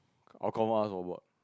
I will confirm ask for work